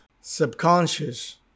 subconscious